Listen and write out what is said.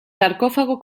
sarcófago